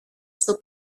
στο